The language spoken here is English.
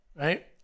Right